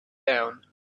down